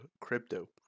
crypto